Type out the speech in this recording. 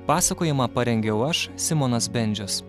pasakojimą parengiau aš simonas bendžius